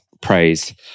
praise